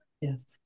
Yes